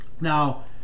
now